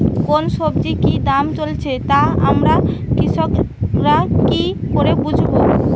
কোন সব্জির কি দাম চলছে তা আমরা কৃষক রা কি করে বুঝবো?